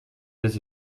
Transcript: this